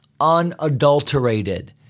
unadulterated